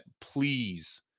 please